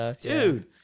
dude